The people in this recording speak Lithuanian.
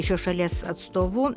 šios šalies atstovu